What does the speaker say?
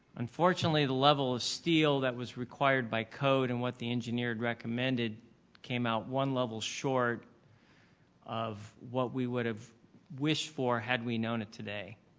unfortunately, the level of steel that was required by code and what the engineer had recommended came out one level short of what we would have wished for had we known it today.